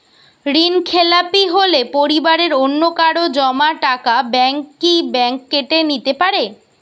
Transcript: ঋণখেলাপি হলে পরিবারের অন্যকারো জমা টাকা ব্যাঙ্ক কি ব্যাঙ্ক কেটে নিতে পারে?